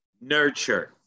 nurture